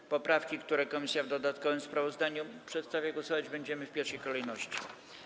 Nad poprawkami, które komisja w dodatkowym sprawozdaniu przedstawia, głosować będziemy w pierwszej kolejności.